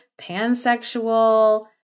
pansexual